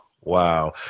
Wow